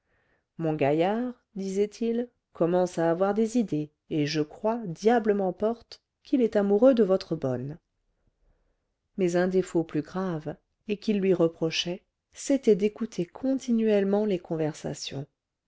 mon gaillard disait-il commence à avoir des idées et je crois diable m'emporte qu'il est amoureux de votre bonne mais un défaut plus grave et qu'il lui reprochait c'était d'écouter continuellement les conversations